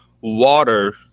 water